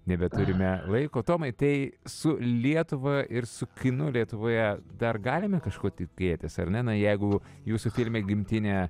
nebeturime laiko tomai tai su lietuva ir su kinu lietuvoje dar galime kažko tikėtis ar ne na jeigu jūsų filme gimtinė